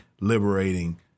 liberating